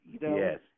Yes